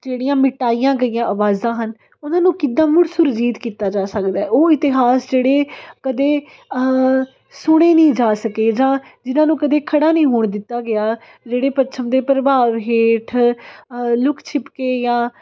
ਜਿਹੜੀਆਂ ਮਿਟਾਈਆਂ ਗਈਆਂ ਆਵਾਜ਼ਾਂ ਹਨ ਉਹਨਾਂ ਨੂੰ ਕਿੱਦਾਂ ਮੁੜ ਸੁਰਜੀਤ ਕੀਤਾ ਜਾ ਸਕਦਾ ਉਹ ਇਤਿਹਾਸ ਜਿਹੜੇ ਕਦੇ ਸੁਣੇ ਨਹੀਂ ਜਾ ਸਕੇ ਜਾਂ ਜਿਨ੍ਹਾਂ ਨੂੰ ਕਦੇ ਖੜ੍ਹਾ ਨਹੀਂ ਹੋਣ ਦਿੱਤਾ ਗਿਆ ਜਿਹੜੇ ਪੱਛਮ ਦੇ ਪ੍ਰਭਾਵ ਹੇਠ ਲੁਕ ਛਿਪ ਕੇ ਜਾਂ